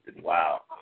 Wow